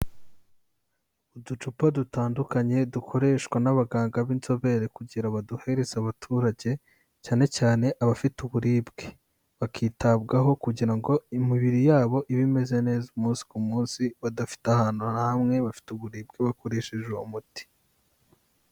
Uducupa dutandukanye dukoreshwa n'abaganga b'inzobere kugira baduhereza abaturage cyane cyane abafite uburibwe, bakitabwaho kugira ngo imibiri ya bo ibe imeze neza umunsi ku munsi badafite ahantu hamwe bafite uburibwe bakoresheje uwo umuti.